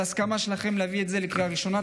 לב על ההסכמה שלכם להביא את זה לקריאה ראשונה.